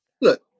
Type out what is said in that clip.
Look